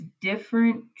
different